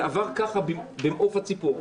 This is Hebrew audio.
זה עבר ככה במעוף הציפור,